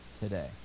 today